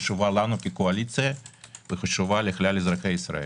חשובה לקואליציה וחשובה לכלל אזרחי ישראל.